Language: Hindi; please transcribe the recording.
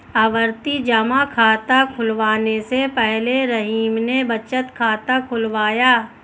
आवर्ती जमा खाता खुलवाने से पहले रहीम ने बचत खाता खुलवाया